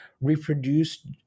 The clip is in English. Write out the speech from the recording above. reproduce